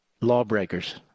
lawbreakers